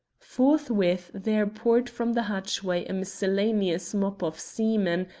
forthwith there poured from the hatchway a miscellaneous mob of seamen,